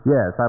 Yes